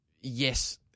yes